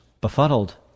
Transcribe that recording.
befuddled